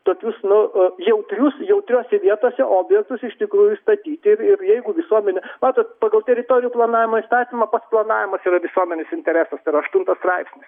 tokius nu jautrius jautriose vietose objektus iš tikrųjų statyti ir jeigu visuomenė matot pagal teritorijų planavimo įstatymą pats planavimas yra visuomenės interesas tai yra aštuntas straipsnis